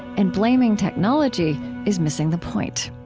and blaming technology is missing the point.